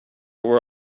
were